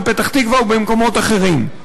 בפתח-תקווה ובמקומות אחרים.